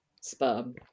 sperm